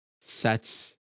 sets